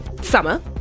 summer